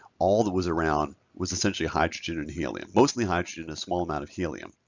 all that was around was essentially hydrogen and helium. mostly hydrogen, a small amount of helium,